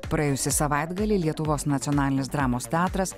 praėjusį savaitgalį lietuvos nacionalinis dramos teatras